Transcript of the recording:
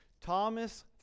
Thomas